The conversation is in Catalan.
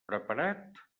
preparat